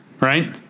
right